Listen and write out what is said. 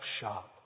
shop